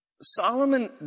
Solomon